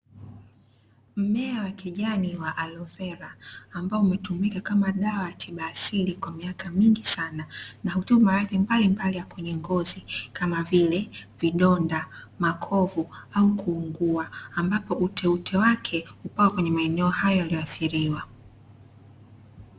Mmea wa kijani wa alovera ambao umetumika kama dawa ya tiba asili kwa miaka mingi sana na hutibu maradhi mbalimbali ya kwenye ngozi kama vile vidonda, makovu au kuungua ambapo ute ute wake hupakwa kwenye maeneo hayo yaliyoathiriwa.